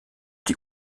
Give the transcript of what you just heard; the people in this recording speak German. die